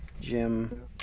Jim